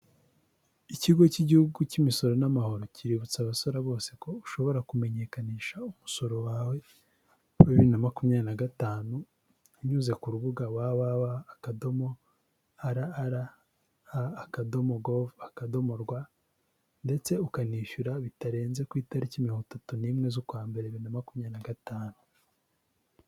Ikigo cy'igihugu cy'imisoro n'amahoro kiributsa abasora bose ko ushobora kumenyekanisha umusoro wawe wa 2025 uyuze ku rubuga www.rra.gov.rw akadorwa ndetse ukanishyura bitarenze ku itariki 31/01/2025